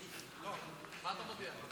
אין נמנעים.